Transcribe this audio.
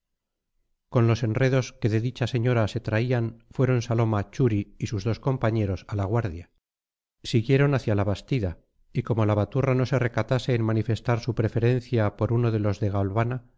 con los enredos que de dicha señora se traían fueron saloma churi y sus dos compañeros a la guardia siguieron hacia la bastida y como la baturra no se recatase en manifestar su preferencia por uno de los de galvana